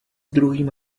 druhým